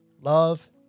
love